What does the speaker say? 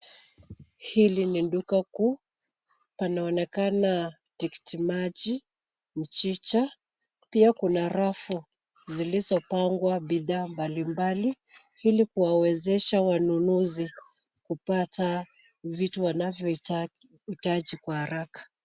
Hili ni duka kuu, panaonekana tikiti maji, mchicha, pia kuna rafu zilizopangwa bidhaa mbalimbali ili kuwawezesha wanunuzi kupata vitu wanavyohitaji kwa haraka.